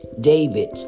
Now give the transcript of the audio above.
David